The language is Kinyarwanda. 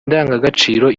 ndangagaciro